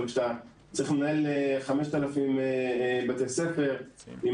אבל כשאתה צריך לנהל 5,000 בתי ספר עם